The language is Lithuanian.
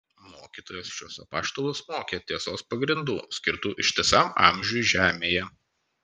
mokytojas šiuos apaštalus mokė tiesos pagrindų skirtų ištisam amžiui žemėje